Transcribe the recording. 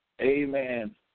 Amen